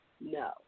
no